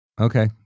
Okay